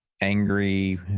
angry